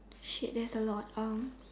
shit there's a lot